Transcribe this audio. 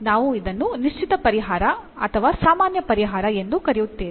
ನಾವು ಇದನ್ನು ನಿಶ್ಚಿತ ಪರಿಹಾರ ಅಥವಾ ಸಾಮಾನ್ಯ ಪರಿಹಾರ ಎಂದು ಕರೆಯುತ್ತೇವೆಯೇ